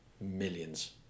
millions